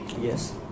Yes